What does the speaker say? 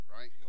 right